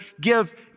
give